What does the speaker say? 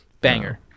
Banger